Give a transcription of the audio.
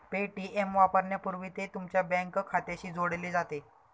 Paytm वापरण्यापूर्वी ते तुमच्या बँक खात्याशी जोडले जाते